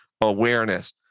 awareness